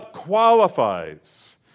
qualifies